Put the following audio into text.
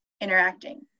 interacting